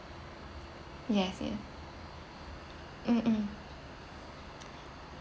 yes yes mm mm